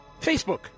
Facebook